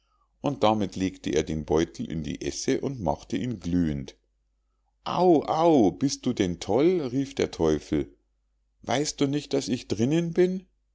und damit legte er den beutel in die esse und machte ihn glühend au au bist du denn toll rief der teufel weißt du nicht daß ich drinnen bin